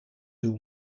who